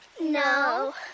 No